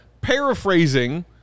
paraphrasing